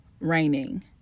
raining